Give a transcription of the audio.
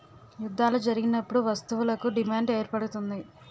యుద్ధాలు జరిగినప్పుడు వస్తువులకు డిమాండ్ ఏర్పడుతుంది